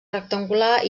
rectangular